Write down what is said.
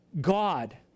God